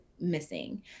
missing